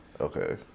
Okay